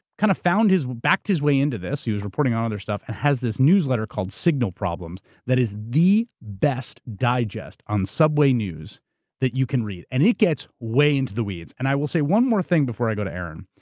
kind of backed his way into this. he was reporting on other stuff and has this newsletter called signal problems that is the best digest on subway news that you can read. and it gets way into the weeds. and i will say one more thing before i go to aaron.